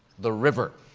the river.